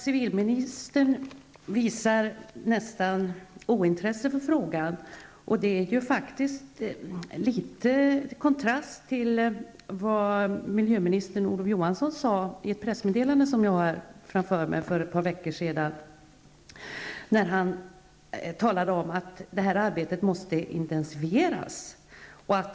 Civilministern visar nästan ett ointresse för frågan. Det är faktiskt en kontrast till vad miljöminister Olof Johansson för ett par veckor sedan sade i ett pressmeddelande, där han framhöll att detta arbete måste intensifieras.